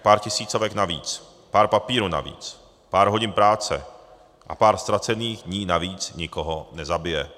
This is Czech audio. Pár tisícovek navíc, pár papírů navíc, pár hodin práce a pár ztracených dní navíc nikoho nezabije.